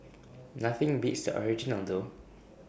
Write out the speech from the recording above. nothing beats the original though